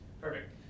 Perfect